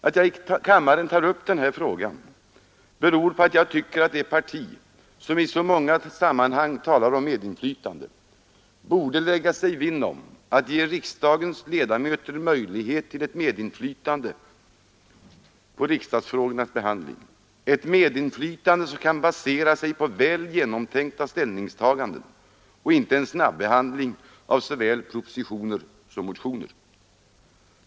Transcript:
Att jag i kammaren tar upp denna fråga beror på att jag tycker att det parti, som i så många sammanhang talar om medinflytande, borde lägga sig vinn om att ge riksdagens ledamöter möjlighet till ett medinflytande på riksdagsfrågornas behandling — ett medinflytande som kan baseras på genomtänkta ställningstaganden och inte en snabbehandling av såväl propositioner som motioner.